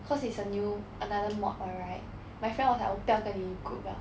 cause it's a new another mod [what] right my friend was like 我不要跟你 group liao